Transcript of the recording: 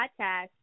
podcast